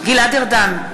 גלעד ארדן,